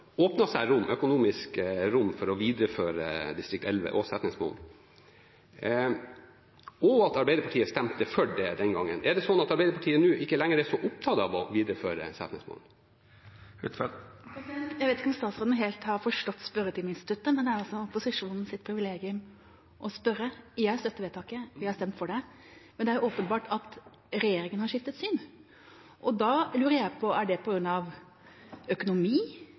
seg et økonomisk rom for å videreføre distrikt 11 og Setnesmoen, og at Arbeiderpartiet stemte for det den gangen: Er det sånn at Arbeiderpartiet nå ikke lenger er så opptatt av å videreføre Setnesmoen? Jeg vet ikke om statsråden helt har forstått spørretimeinstituttet, men det er altså opposisjonens privilegium å spørre. Jeg støtter vedtaket, jeg har stemt for det. Men det er åpenbart at regjeringa har skiftet syn, og da lurer jeg på: Er det på grunn av økonomi